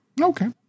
Okay